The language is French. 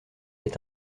est